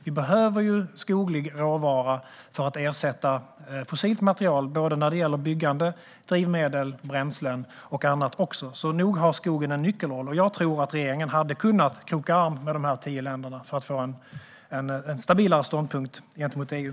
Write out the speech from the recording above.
Vi behöver skoglig råvara för att ersätta fossilt material när det gäller byggande, drivmedel, bränslen och också annat. Nog har skogen en nyckelroll. Jag tror att regeringen hade kunnat kroka arm med de tio länderna för att få en stabilare ståndpunkt gentemot EU.